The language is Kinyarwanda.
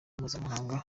mpuzamahanga